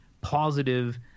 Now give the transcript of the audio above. positive